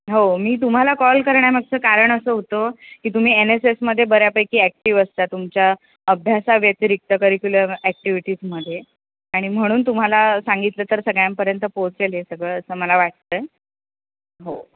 हो मी तुम्हाला कॉल करण्यामागचं कारण असं होतं की तुम्ही एन एस एसमध्ये बऱ्यापैकी ॲक्टिव असता तुमच्या अभ्यासाव्यतिरिक्त करिक्युलर ॲक्टिव्हिटीजमधे आणि म्हणून तुम्हाला सांगितलं तर सगळ्यांपर्यंत पोचेल हे सगळं असं मला वाटत आहे हो